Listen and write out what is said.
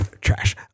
trash